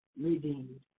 redeemed